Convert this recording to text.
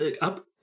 up